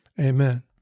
Amen